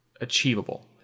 achievable